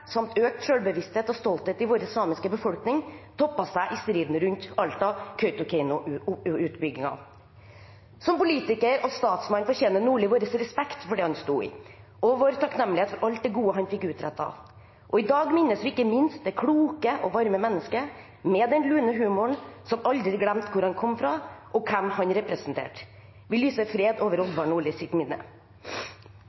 samt økt selvbevissthet og stolthet i vår samiske befolkning toppet seg i striden rundt Alta-Kautokeino-utbyggingen. Som politiker og statsmann fortjener Nordli vår respekt for det han sto i, og vår takknemlighet for alt det gode han fikk utrettet. I dag minnes vi ikke minst det kloke og varme mennesket med den lune humoren, som aldri glemte hvor han kom fra, og hvem han representerte. Vi lyser fred over